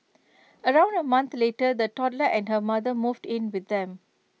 around A month later the toddler and her mother moved in with them